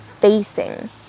facing